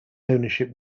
ownership